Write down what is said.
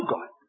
God